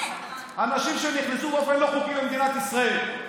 אנשים שנכנסו באופן לא חוקי למדינת ישראל.